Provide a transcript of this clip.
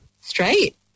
straight